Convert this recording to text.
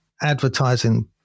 advertising